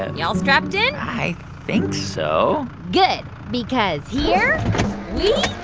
ah you all strapped in? i think so good, because here we